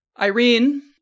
Irene